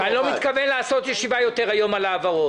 ואני לא מתכוון לעשות ישיבה יותר היום על העברות,